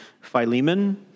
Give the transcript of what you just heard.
Philemon